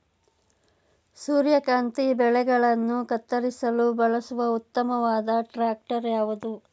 ಸೂರ್ಯಕಾಂತಿ ಬೆಳೆಗಳನ್ನು ಕತ್ತರಿಸಲು ಬಳಸುವ ಉತ್ತಮವಾದ ಟ್ರಾಕ್ಟರ್ ಯಾವುದು?